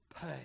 pay